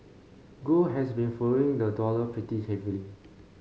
gold has been following the dollar pretty heavily